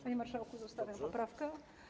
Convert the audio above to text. Panie marszałku, zostawiam poprawkę.